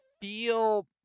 feel